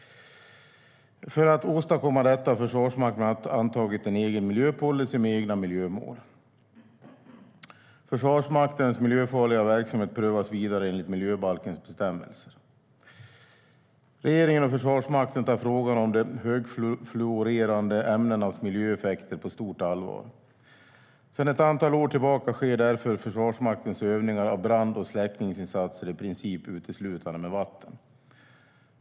För att åstadkomma detta har Försvarsmakten bland annat antagit en egen miljöpolicy och egna miljömål. Försvarsmaktens miljöfarliga verksamhet prövas vidare enligt miljöbalkens bestämmelser. Regeringen och Försvarsmakten tar frågan om de högfluorerande ämnenas miljöeffekter på stort allvar. Sedan ett antal år tillbaka sker därför Försvarsmaktens övningar av brand och släckningsinsatser i princip uteslutande med vatten.